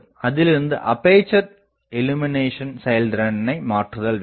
அதிலிருந்து அப்பேசர் இல்லுமினேஷன் செயல்திறனை மாற்றுதல் வேண்டும்